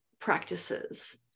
practices